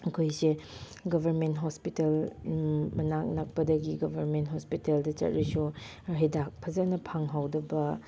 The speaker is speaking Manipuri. ꯑꯩꯈꯣꯏꯁꯦ ꯒꯚꯔꯟꯃꯦꯟ ꯍꯣꯁꯄꯤꯇꯜ ꯃꯅꯥꯛ ꯅꯛꯄꯗꯒꯤ ꯒꯚꯔꯟꯃꯦꯟ ꯍꯣꯁꯄꯤꯇꯜꯗ ꯆꯠꯂꯁꯨ ꯍꯤꯗꯥꯛ ꯐꯖꯅ ꯐꯪꯍꯧꯗꯕ